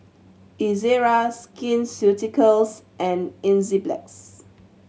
Ezerra Skin Ceuticals and Enzyplex